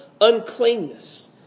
uncleanness